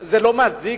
זה לא מזיק,